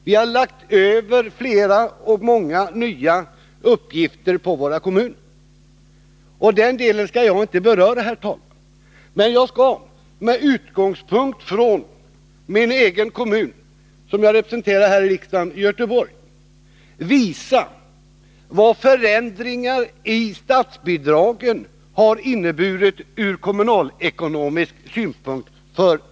Vi har lagt över många nya uppgifter på våra kommuner. R Den här delen av frågan skall jag inte vidare beröra, herr talman, utan jag skall med utgångspunkt i min egen kommun, Göteborg, som jag representerar här i riksdagen, visa vad förändringar i statsbidragen har inneburit ur kommunalekonomisk synpunkt.